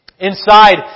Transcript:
inside